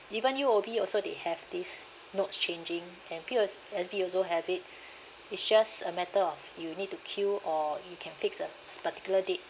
even U_O_B also they have this notes changing and P_O_S_B also have it it's just a matter of you need to queue or you can fix a s~ particular date